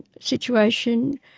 situation